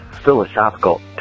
philosophical